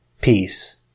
peace